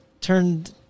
turned